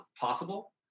possible